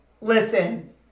Listen